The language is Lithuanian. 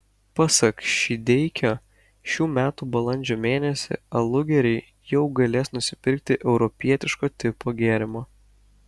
pasak šydeikio šių metų balandžio mėnesį alugeriai jau galės nusipirkti europietiško tipo gėrimo